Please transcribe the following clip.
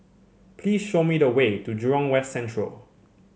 please show me the way to Jurong West Central